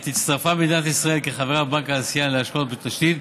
עת הצטרפה מדינת ישראל כחברה בבנק האסיאני להשקעות בתשתית,